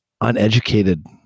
uneducated